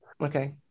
Okay